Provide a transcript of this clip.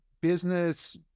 Business